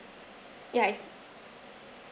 ya it's